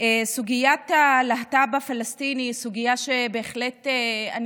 סוגיית הלהט"ב הפלסטיני היא סוגיה שבהחלט אני